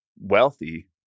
wealthy